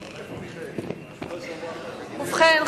ובכן,